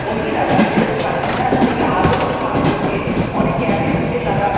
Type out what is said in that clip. মহিলারা বেরোতে পারতেন না এখন এই আলোর সাহায্য নিয়ে অনেকে একসঙ্গে তারা